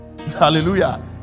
Hallelujah